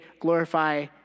glorify